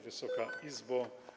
Wysoka Izbo!